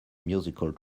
musical